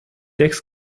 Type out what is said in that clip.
sechs